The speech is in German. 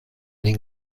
den